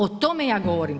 O tome ja govori.